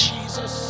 Jesus